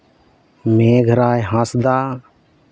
ᱢᱮᱜᱷᱨᱟᱭ ᱦᱟᱸᱥᱫᱟ